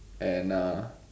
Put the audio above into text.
and uh